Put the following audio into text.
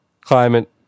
climate